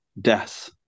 death